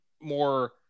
more